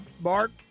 Bart